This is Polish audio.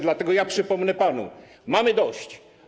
Dlatego ja przypomnę panu: mamy dość.